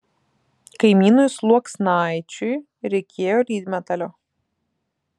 kaimynui sluoksnaičiui reikėjo lydmetalio